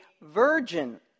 virgin